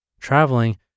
Traveling